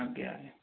ଆଜ୍ଞା